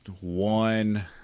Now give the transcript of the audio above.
one